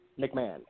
McMahon